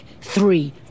three